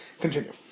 continue